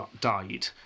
died